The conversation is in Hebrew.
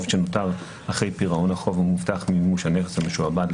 שנותר אחרי פירעון החוב המובטח ממימוש הנכס המשועבד,